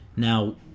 Now